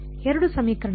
2 ಸಮೀಕರಣಗಳು